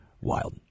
Wild